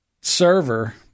server